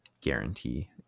guarantee